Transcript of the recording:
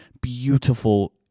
beautiful